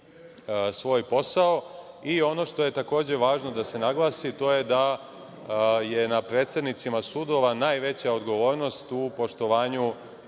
svoj posao. Ono što je takođe važno da se naglasi, to je da je na predsednicima sudova najveća odgovornost u poštovanju